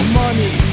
money